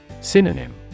Synonym